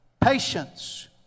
Patience